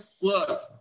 look